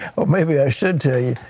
but maybe i should tell you,